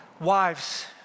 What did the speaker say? Wives